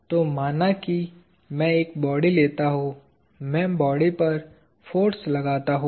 तो माना कि मैं एक बॉडी लेता हूँ मैं बॉडी पर फोर्स लगाता हूं